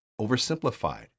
oversimplified